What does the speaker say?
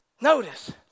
Notice